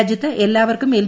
രാജ്യത്ത ് എല്ലാവർക്കും എൽ